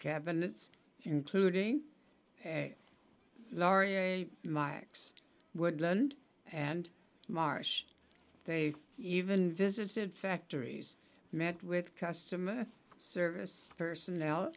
cabinets including a laura my ex woodland and marsh they even visited factories met with customer service personnel